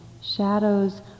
Shadows